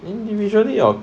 individually or